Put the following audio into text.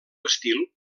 estil